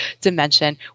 dimension